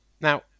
Now